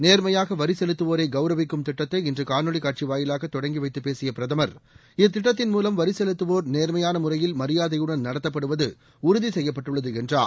நேர்மையாக வரி செலுத்துவோரை கௌரவிக்கும் திட்டத்தை இன்று காணொலிக் காட்சி வாயிலாக தொடங்கி வைத்துப் பேசிய பிரதமர் இத்திட்டத்தின் மூலம் வரி செலுத்துவோர் நேர்மையான முறையில் மரியாதையுடன் நடத்தப்படுவது உறுதி செய்யப்பட்டுள்ளது என்றார்